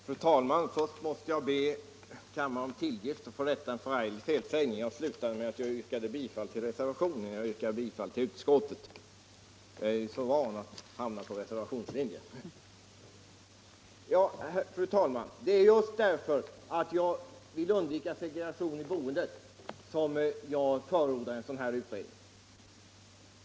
Fru talman! Det är just därför att jag vill undvika segregation i boendet som jag förordar en sådan här utredning.